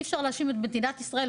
אי אפשר להאשים את מדינת ישראל,